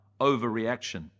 overreaction